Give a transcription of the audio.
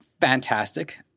fantastic